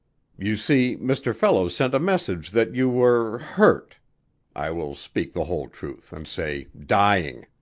you see, mr. fellows sent a message that you were hurt i will speak the whole truth, and say dying.